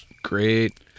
Great